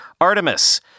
Artemis